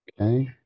Okay